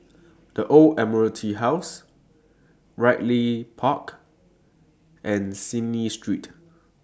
The Old Admiralty House Ridley Park and Cecil Street